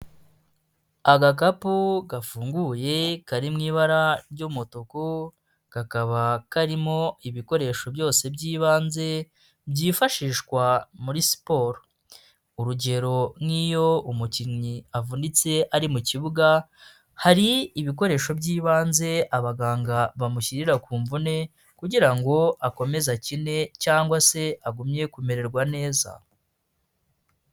Agakapu gafunguye kari mu ibara ry'umutuku, kakaba karimo ibikoresho byose by'ibanze byifashishwa muri siporo, urugero nk'iyo umukinnyi avunitse ari mu kibuga, hari ibikoresho by'ibanze abaganga bamushyirira ku mvune, kugira ngo akomeze akine cyangwa se agumye kumererwa neza.